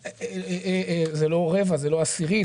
זה לא רבע, זה לא עשירית.